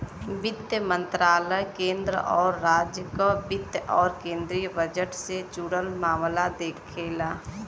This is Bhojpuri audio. वित्त मंत्रालय केंद्र आउर राज्य क वित्त आउर केंद्रीय बजट से जुड़ल मामला देखला